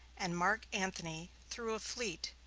and mark antony threw a fleet,